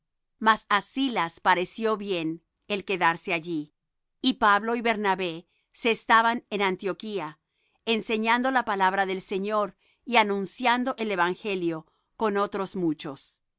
mas á silas pareció bien el quedarse allí y pablo y bernabé se estaban en antioquía enseñando la palabra del señor y anunciando el evangelio con otros muchos